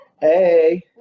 Hey